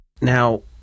Now